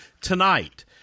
tonight